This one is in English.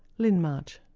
lyn march.